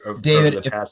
David